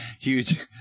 huge